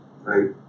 Right